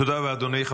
תודה לאדוני.